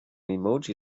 emoji